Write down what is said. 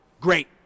Great